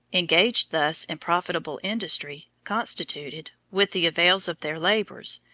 engaged thus in profitable industry, constituted, with the avails of their labors,